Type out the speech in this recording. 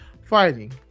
Fighting